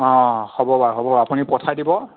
অঁ হ'ব বাৰু হ'ব বাৰু আপুনি পঠাই দিব